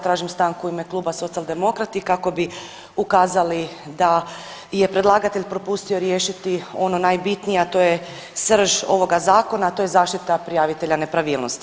Tražim stanku u ime Kluba Socijaldemokrati kako bi ukazali da je predlagatelj propustio riješiti ono najbitnije, a to je srž ovoga zakona, a to je zaštita prijavitelja nepravilnosti.